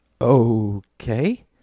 Okay